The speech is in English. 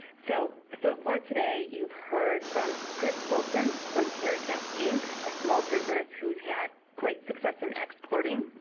so, so far today you've heard from chris fulton from caricap inc, a small business who's had great success in exporting,